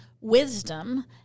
wisdom